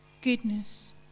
goodness